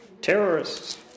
Terrorists